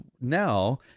now